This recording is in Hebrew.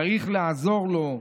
צריך לעזור לו.